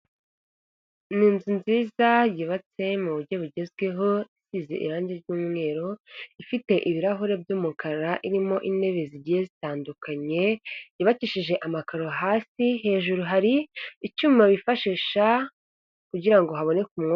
Ni nzu nziza yubatse mu buryo bugezweho isize irangi ry’umweru ifite ibirahuri by’umukara irimo intebe zitandukanye yubakishije amakaro hasi hejuru hari icyuma bifashisha kugira ngo haboneke umu….